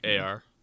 AR